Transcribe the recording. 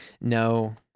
No